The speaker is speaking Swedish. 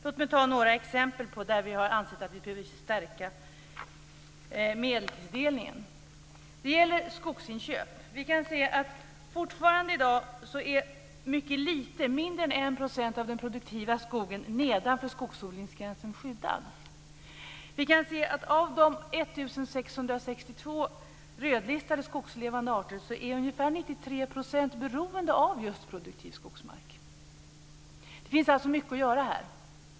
Låt mig ta några exempel där vi har ansett att vi behöver stärka medelstilldelningen. Det gäller skogsinköp. Vi kan fortfarande i dag se att mycket lite, mindre än 1 % av den produktiva skogen nedanför skogsodlingsgränsen, är skyddat. Vi kan se att av de 1 662 rödlistade skogslevande arterna är ungefär 93 % beroende av just produktiv skogsmark. Det finns alltså mycket att göra här.